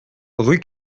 rue